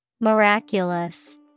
Miraculous